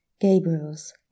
Gabriel's